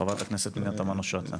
כן, חברת הכנסת פנינה תמנו שטה.